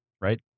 right